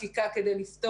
בהם.